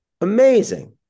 amazing